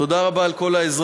תודה רבה על כל העזרה,